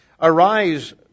Arise